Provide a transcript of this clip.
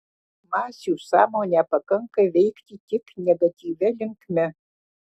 masių sąmonę pakanka veikti tik negatyvia linkme